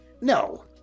no